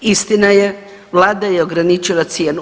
Istina je, Vlada je ograničila cijenu.